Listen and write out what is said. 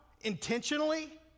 intentionally